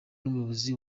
n’umuyobozi